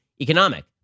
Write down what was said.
economic